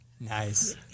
Nice